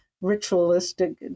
ritualistic